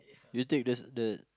you take the the